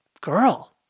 girl